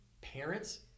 parents